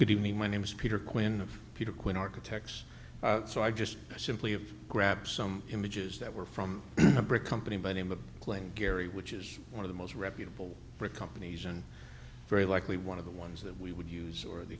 good evening my name is peter quinn of peter quinn architects so i just simply of grab some images that were from a brick company by name of claim gary which is one of the most reputable companies and very likely one of the ones that we would use or the